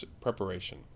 preparation